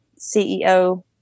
CEO